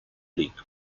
league